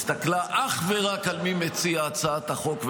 הסתכלה אך ורק על מי מציע הצעת החוק,